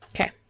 Okay